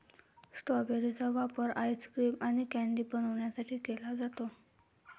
strawberry चा वापर ice cream आणि कँडी बनवण्यासाठी केला जातो